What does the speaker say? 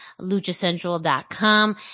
LuchaCentral.com